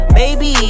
baby